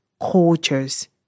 cultures